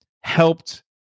helped